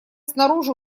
снаружи